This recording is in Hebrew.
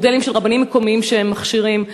מודלים של רבנים מקומיים שהם מכשירים.